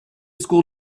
school